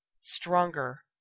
stronger